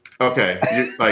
Okay